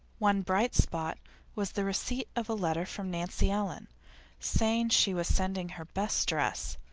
one bright spot was the receipt of a letter from nancy ellen saying she was sending her best dress,